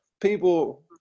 People